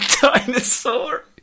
Dinosaur